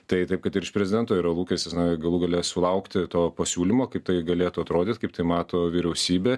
tai taip kad ir iš prezidento yra lūkestis na galų gale sulaukti to pasiūlymo kaip tai galėtų atrodyt kaip tai mato vyriausybė